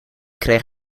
krijg